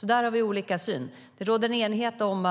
Där har vi olika syn. Det råder en enighet om